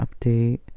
update